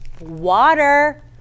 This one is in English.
water